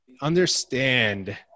understand